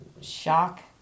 Shock